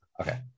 okay